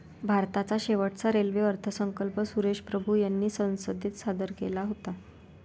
भारताचा शेवटचा रेल्वे अर्थसंकल्प सुरेश प्रभू यांनी संसदेत सादर केला होता